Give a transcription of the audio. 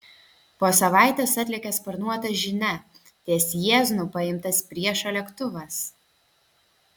po savaitės atlėkė sparnuota žinia ties jieznu paimtas priešo lėktuvas